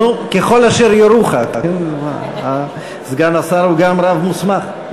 נו, "ככל אשר יורוך", סגן השר הוא גם רב מוסמך.